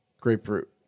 Grapefruit